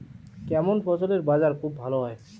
কেমন ফসলের বাজার খুব ভালো হয়?